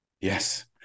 Yes